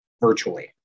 virtually